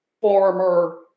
former